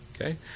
okay